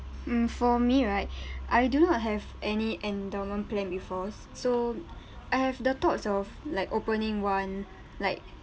um for me right I do not have any endowment plan before so I have the thoughts of like opening one like